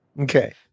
Okay